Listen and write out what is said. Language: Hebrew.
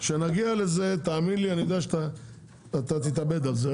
כשנגיע לזה, תאמין לי שאני יודע שאתה תתאבד על זה.